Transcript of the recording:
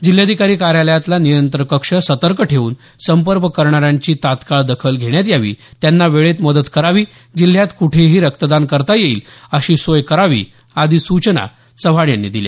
जिल्हाधिकारी कार्यालयातला नियंत्रण कक्ष सतर्क ठेवून संपर्क करणाऱ्यांची तात्काळ दखल घेण्यात यावी त्यांना वेळेत मदत करावी जिल्ह्यात कुठेही रक्तदान करता येईल अशी सोय करावी आदी सूचना चव्हाण यांनी दिल्या